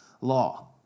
law